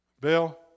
Bill